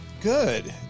Good